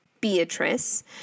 beatrice